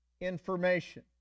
information